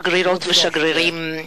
שגרירות ושגרירים,